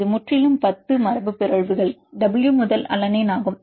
இது முற்றிலும் 10 மரபுபிறழ்வுகள W முதல் அலானைன் ஆகும்